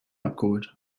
abgeholt